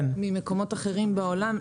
בשונה ממקומות אחרים בעולם,